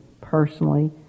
personally